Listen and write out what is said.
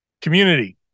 community